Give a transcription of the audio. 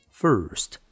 first